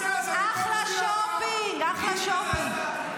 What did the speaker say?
אחלה שופינג, אחלה שופינג.